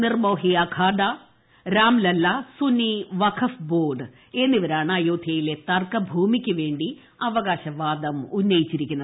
Nirmohi Akhara Ram Lalla Sunni Waqf board എന്നിവരാണ് അയോധ്യയിലെ തർക്കഭൂമിക്ക് വേണ്ടി അവകാശവാദം ഉന്നയിച്ചിരിക്കുന്നത്